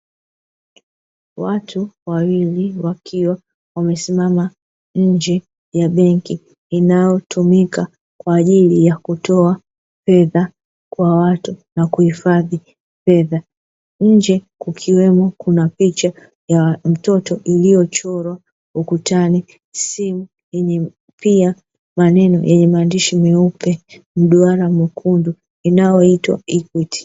Watu wawili wakiwa wamesimama nje ya benki inayotumika kwa ajili ya kutoa fedha kwa watu na kuhifadhi fedha, nje kukiwemo kuna picha ya mtoto iliyochorwa ukutani, simu, pia maneno yenye maandishi meupe mduara mwekundu inayoitwa "EQUITY",